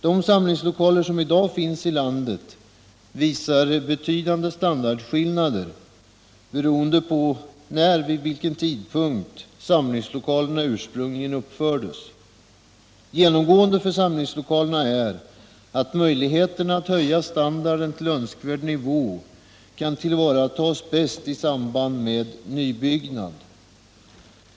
De samlingslokaler som i dag finns i landet visar betydande standardskillnader beroende på vid vilken tidpunkt samtingslokalerna uppförts. Generellt kan man säga att möjligheterna att höja standarden på samlingslokalerna till önskvärd nivå bäst kan tillvaratas i samband med nybyggnad.